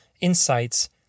insights